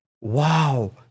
wow